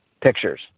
pictures